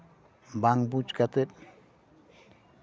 ᱵᱟᱝ ᱵᱩᱡᱽ ᱠᱟᱛᱮᱫ